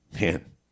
Man